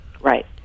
Right